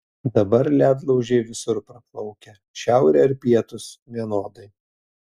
dabar ledlaužiai visur praplaukia šiaurė ar pietūs vienodai